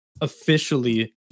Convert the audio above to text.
officially